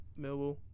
Millwall